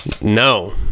No